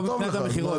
זה טוב מבחינת המכירות,